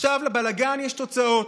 עכשיו לבלגן יש תוצאות.